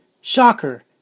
Shocker